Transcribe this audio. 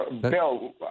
Bill